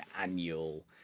annual